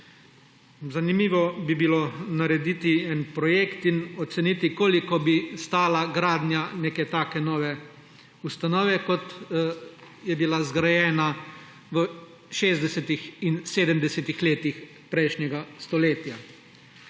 Zanimivo bi bilo narediti en projekt in oceniti, koliko bi stala gradnja neke take nove ustanove, kot je bila zgrajena v 60. in 70. letih prejšnjega stoletja.